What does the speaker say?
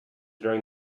during